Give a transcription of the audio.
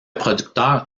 producteur